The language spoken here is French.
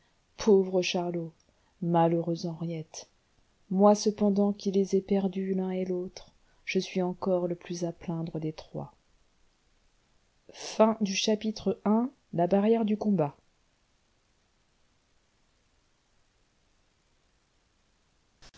pauvre charlot malheureuse henriette moi cependant qui les ai perdus l'un et l'autre je suis encore le plus à plaindre des trois ii le